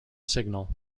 signal